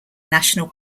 national